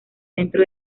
centro